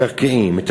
מקרקעין, מיטלטלין,